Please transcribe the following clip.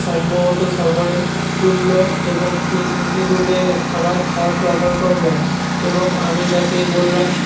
সম্ভবত সময়ে তুললো এবং তিন্নি তুলে আমার খাবারটি অর্ডার করলেন এবং আমি তাকে বললাম